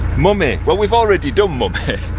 mummy, well we've already done mummy.